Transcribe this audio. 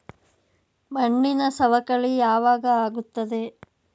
ಮಣ್ಣಿನ ಸವಕಳಿ ಯಾವಾಗ ಆಗುತ್ತದೆ?